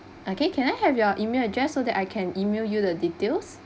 okay can I have your email address so that I can email you the details